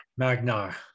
Magnar